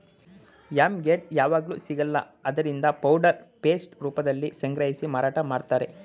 yam ಗೆಡ್ಡೆ ಯಾವಗ್ಲೂ ಸಿಗಲ್ಲ ಆದ್ರಿಂದ ಪೌಡರ್ ಪೇಸ್ಟ್ ರೂಪ್ದಲ್ಲಿ ಸಂಗ್ರಹಿಸಿ ಮಾರಾಟ ಮಾಡ್ತಾರೆ